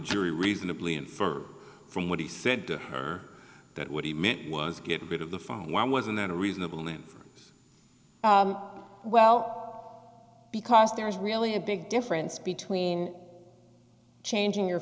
jury reasonably infer from what he said to her that what he meant was get rid of the phone why wasn't that a reasonable name for well because there is really a big difference between changing your